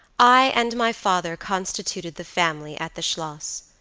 i and my father constituted the family at the schloss.